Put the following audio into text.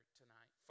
tonight